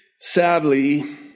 Sadly